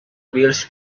bills